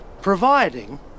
Providing